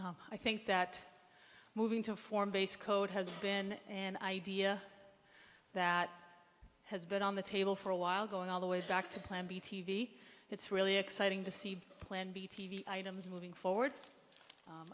i think that moving to form base code has been an idea that has been on the table for a while going all the way back to plan b t v it's really exciting to see plan b t v items moving forward